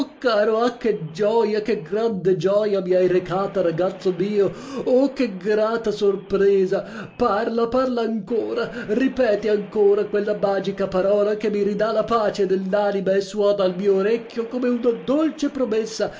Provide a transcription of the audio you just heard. caro ah che gioia che grande gioia mi hai recata ragazzo mio oh che grata sorpresa parla parla ancora ripeti ancora quella magica parola che mi ridà la pace dell'anima e suona al mio orecchio come una dolce promessa